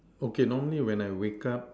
okay normally when I wake up